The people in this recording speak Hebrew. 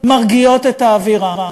מרגיעות את האווירה.